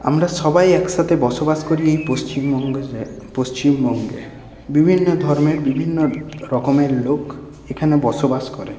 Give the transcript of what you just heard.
আমরা সবাই একসাথে বসবাস করি এই পশ্চিমবঙ্গের পশ্চিমবঙ্গে বিভিন্ন ধর্মের বিভিন্ন রকমের লোক এখানে বসবাস করে